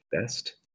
best